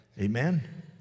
Amen